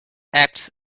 acts